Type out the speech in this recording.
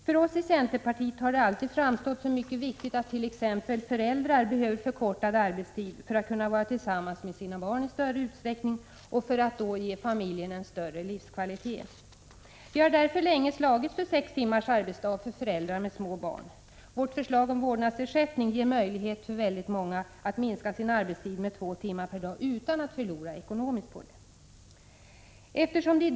För ossi centerpartiet har det alltid framstått som mycket klart att t.ex. föräldrar behöver förkortad arbetstid för att kunna vara tillsammans med sina barn i större utsträckning och för att familjen skall ges större livskvalitet därigenom. Vi har därför länge slagits för sex timmars arbetsdag för föräldrar med små barn. Vårt förslag om vårdnadsersättning ger möjlighet för väldigt många att minska sin arbetstid med två timmar per dag, utan att förlora ekonomiskt på detta.